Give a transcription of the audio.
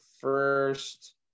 first